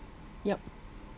yup